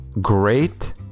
great